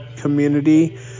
community